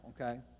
okay